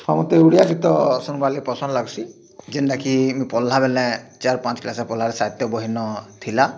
ହଁ ମତେ ଓଡ଼ିଆ ଗୀତ ଶୁନ୍ବାର୍କେ ପସନ୍ଦ୍ ଲାଗ୍ସି ଯେନ୍ତା କି ମୁଇଁ ପଢ଼୍ଲାବେଲେ ଚାର୍ ପାଞ୍ଚ୍ କ୍ଲାସ୍ରେ ପଢ଼୍ଲାବେଲେ ସାହିତ୍ୟ ବହିନ ଥିଲା